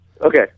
Okay